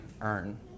earn